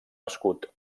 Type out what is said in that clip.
escut